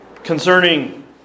Concerning